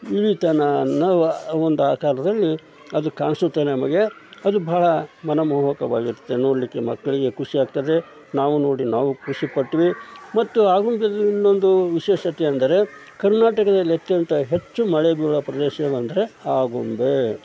ಇಳಿತಾವನ್ನ ಒಂದು ಆಕಾರದಲ್ಲಿ ಅದು ಕಾಣಿಸುತ್ತೆ ನಮಗೆ ಅದು ಭಾಳ ಮನಮೋಹಕವಾಗಿರುತ್ತೆ ನೋಡಲಿಕ್ಕೆ ಮಕ್ಕಳಿಗೆ ಖುಷಿಯಾಗ್ತದೆ ನಾವು ನೋಡಿ ನಾವು ಖುಷಿ ಪಟ್ವಿ ಮತ್ತು ಆಗುಂಬೇದು ಇನ್ನೊಂದು ವಿಶೇಷತೆ ಎಂದರೆ ಕರ್ನಾಟಕದಲ್ಲತ್ಯಂತ ಹೆಚ್ಚು ಮಳೆ ಬೀಳುವ ಪ್ರದೇಶಗಳಂದರೆ ಆಗುಂಬೆ